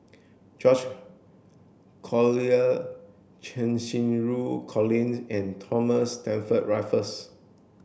George Collyer Cheng Xinru Colin and Thomas Stamford Raffles